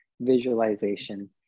visualization